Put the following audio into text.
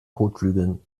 kotflügeln